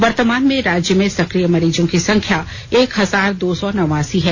वर्तमान में राज्य में सक्रिय मरीजों की संख्या एक हजार दो सौ नवासी है